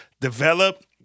develop